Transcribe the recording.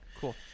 cool